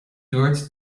dúirt